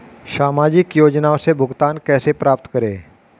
सामाजिक योजनाओं से भुगतान कैसे प्राप्त करें?